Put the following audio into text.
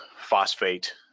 phosphate